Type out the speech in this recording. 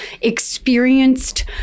experienced